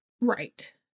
Right